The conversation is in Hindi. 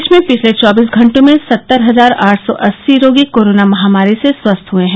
देश में पिछले चौबीस घंटों में सत्तर हजार आठ सौ अस्सी रोगी कोरोना महामारी से स्वस्थ हुए हैं